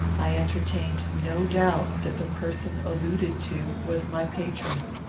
i entertained no doubt that the person alluded to was my patron.